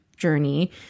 journey